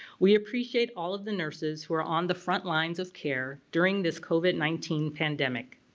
we appreciate all of the nurses who are on the front lines of care during this covid nineteen pandemic.